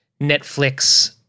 Netflix